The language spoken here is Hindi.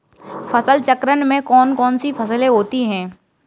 फसल चक्रण में कौन कौन सी फसलें होती हैं?